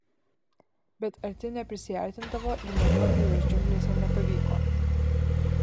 bet arti neprisiartindavo ir matuoti juos džiunglėse nepavyko